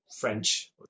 French